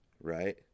right